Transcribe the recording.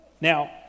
Now